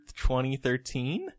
2013